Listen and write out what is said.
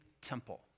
temple